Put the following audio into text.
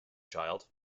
child